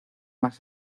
más